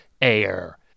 Air